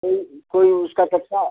कोई कोई उसका